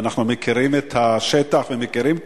ואנחנו מכירים את השטח ומכירים את